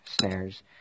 snares